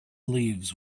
leaves